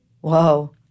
Whoa